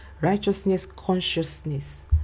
righteousness-consciousness